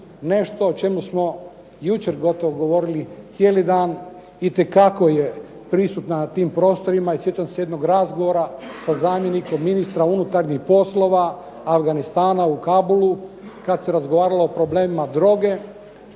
nešto o čemu smo jučer gotovo govorili cijeli dan, itekako je prisutna na tim prostorima. Sjećam se jednog razgovora sa zamjenikom ministra unutarnjih poslova Afganistana u Kabulu kad se razgovaralo o problemima droge,